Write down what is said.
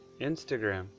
Instagram